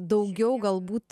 daugiau galbūt